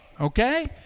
Okay